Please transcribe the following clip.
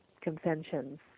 conventions